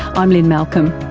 i'm lynne malcolm.